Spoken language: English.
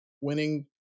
winning